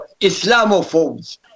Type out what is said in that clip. Islamophobes